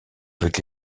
avec